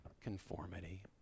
conformity